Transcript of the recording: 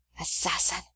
Assassin